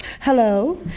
Hello